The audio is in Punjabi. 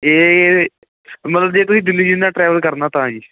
ਇਹ ਮਤਲਬ ਜੇ ਤੁਸੀਂ ਦਿੱਲੀ ਜਿੰਨਾ ਟਰੈਵਲ ਕਰਨਾ ਤਾਂ ਜੀ